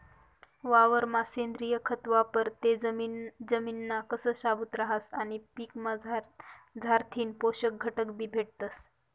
वावरमा सेंद्रिय खत वापरं ते जमिनना कस शाबूत रहास आणि पीकमझारथीन पोषक घटकबी भेटतस